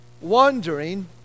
wandering